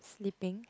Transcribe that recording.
sleeping